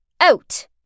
Out